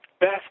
best